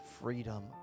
freedom